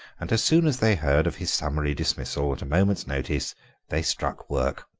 and as soon as they heard of his summary dismissal at a moment's notice they struck work.